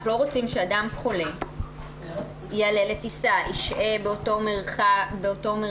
אנחנו לא רוצים שאדם חולה יעלה לטיסה וישהה באותו מרחב.